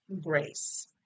grace